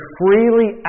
freely